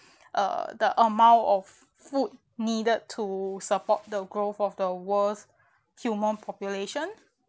err the amount of food needed to support the growth of the world's human population